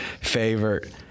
favorite